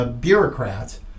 bureaucrats